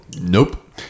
Nope